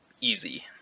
easy